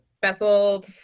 Bethel